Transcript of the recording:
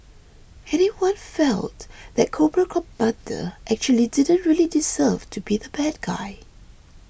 anyone felt that Cobra Commander actually didn't really deserve to be the bad guy